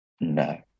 no